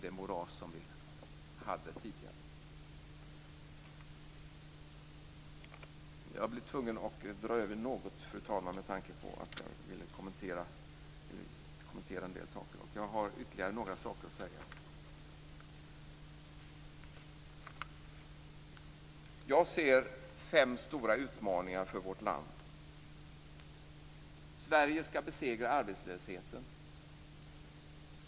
Då hamnar vi i det moras som vi hade tidigare. Jag ser fem stora utmaningar för vårt land. Sverige skall besegra arbetslösheten.